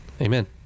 Amen